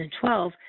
2012